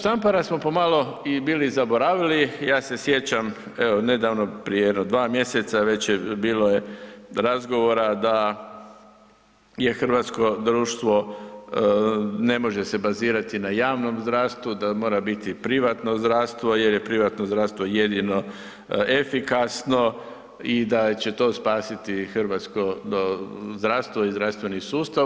Štampara smo po malo i bili zaboravili, ja se sjećam, evo nedavno, prije jedno 2 mjeseca, već je, bilo je razgovora da je hrvatsko društvo, ne može se bazirati na javnom zdravstvu, da mora biti privatno zdravstvo jer je privatno zdravstvo jedino efikasno i da će to spasiti hrvatsko zdravstvo i zdravstveni sustav.